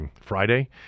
Friday